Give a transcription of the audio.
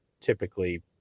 typically